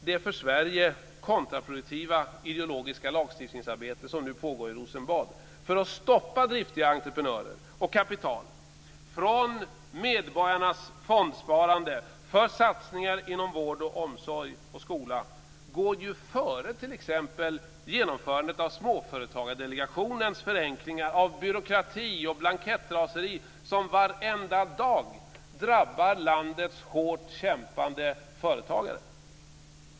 Det för Sverige kontraproduktiva ideologiska lagstiftningsarbete som nu pågår i Rosenbad för att stoppa driftiga entreprenörer och kapital från medborgarnas fondsparande för satsningar inom vård, omsorg och skola går dock före t.ex. genomförandet av Småföretagsdelegationens förenklingar av den byråkrati och det blankettraseri som varenda dag drabbar landets hårt kämpande företagare.